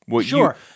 Sure